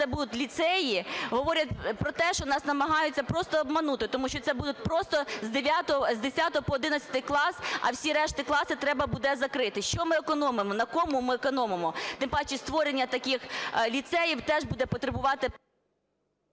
це будуть ліцеї, говорять про те, що нас намагаються просто обманути. Тому що це будуть просто з 10-го по 11-й клас, а всі решта класи треба буде закрити. Що ми економимо? На кому ми економимо? Тим паче створення таких ліцеїв теж буде потребувати…